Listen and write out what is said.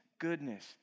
goodness